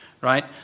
right